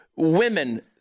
Women